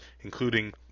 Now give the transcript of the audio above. including